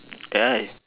ya